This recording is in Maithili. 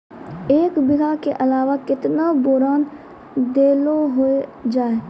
एक बीघा के अलावा केतना बोरान देलो हो जाए?